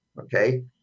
Okay